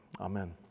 Amen